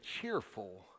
cheerful